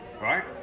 right